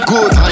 Good